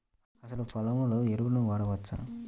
అసలు పొలంలో ఎరువులను వాడవచ్చా?